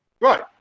Right